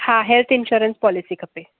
हा health insurance policy खपे